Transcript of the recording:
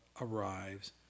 arrives